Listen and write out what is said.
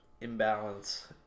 imbalance